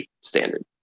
standard